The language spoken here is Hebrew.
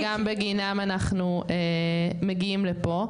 שגם בגינם אנחנו מגיעים לפה.